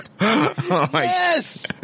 Yes